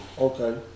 Okay